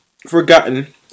forgotten